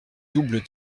doubles